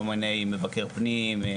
כל מיני מבקר פנים,